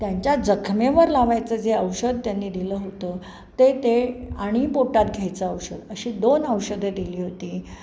त्यांच्या जखमेवर लावायचं जे औषध त्यांनी दिलं होतं ते ते आणि पोटात घ्यायचं औषध अशी दोन औषधं दिली होती